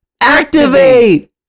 activate